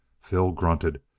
phil grunted.